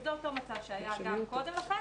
יותר טוב מהמצב שהיה קודם לכן.